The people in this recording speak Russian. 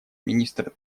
министра